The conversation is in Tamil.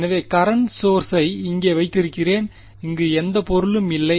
எனவே கரண்ட் சோர்ஸை இங்கே வைத்திருக்கிறேன் இங்கு எந்த பொருளும் இல்லை